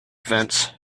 fence